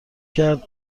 کرد